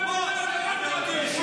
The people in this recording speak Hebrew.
ראשונה.